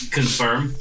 confirm